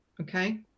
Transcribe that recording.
Okay